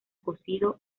cocido